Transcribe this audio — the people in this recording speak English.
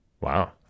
wow